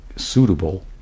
suitable